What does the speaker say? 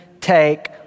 take